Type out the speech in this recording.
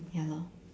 ya lor